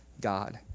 God